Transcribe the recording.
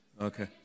Okay